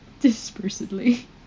Dispersedly